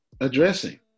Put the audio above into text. addressing